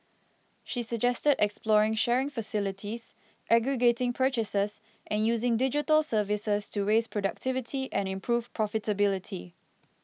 she suggested exploring sharing facilities aggregating purchases and using digital services to raise productivity and improve profitability